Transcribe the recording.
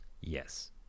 Yes